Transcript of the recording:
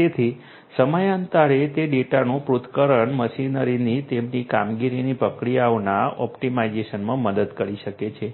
તેથી સમયાંતરે તે ડેટાનું પૃથ્થકરણ મશીનરીની તેમની કામગીરીની પ્રક્રિયાઓના ઑપ્ટિમાઇઝેશનમાં મદદ કરી શકે છે